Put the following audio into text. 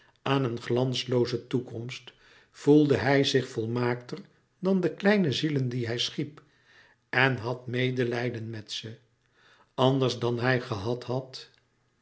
aan een glanslooze toekomst voelde hij zich volmaakter dan de kleine zielen die hij schiep en had medelijden met ze anders dan hij gehad had